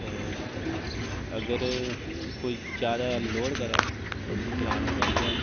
ते अगर कोई जैदा लोह्ड़ करै ते उसी चलान होंदा बी ऐ